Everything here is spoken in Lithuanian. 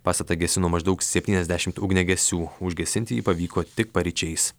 pastatą gesino maždaug septyniasdešimt ugniagesių užgesinti jį pavyko tik paryčiais